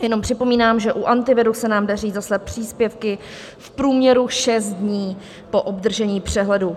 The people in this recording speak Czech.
Jenom připomínám, že u Antiviru se nám daří zaslat příspěvky v průměru šest dní po obdržení přehledu.